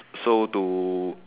so to